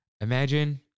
imagine